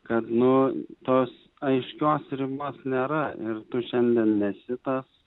kad nu tos aiškios ribos nėra ir tu šiandien nesi tas